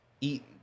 eat